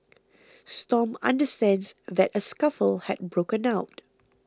Stomp understands that a scuffle had broken out